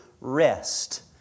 rest